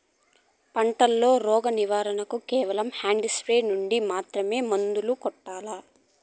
పంట లో, రోగం నివారణ కు కేవలం హ్యాండ్ స్ప్రేయార్ యార్ నుండి మాత్రమే మందులు కొట్టల్లా?